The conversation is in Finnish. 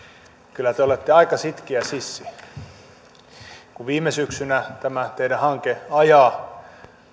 kyllä te olette aika sitkeä sissi kun viime syksynä tämä teidän hankkeenne ajaa